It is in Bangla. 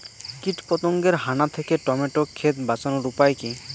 কীটপতঙ্গের হানা থেকে টমেটো ক্ষেত বাঁচানোর উপায় কি?